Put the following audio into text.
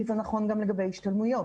כי זה נכון גם לגבי השתלמויות.